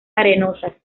arenosas